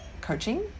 coaching